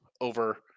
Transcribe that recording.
over